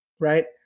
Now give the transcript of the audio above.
right